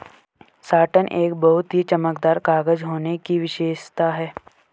satin एक बहुत ही चमकदार कागज होने की विशेषता है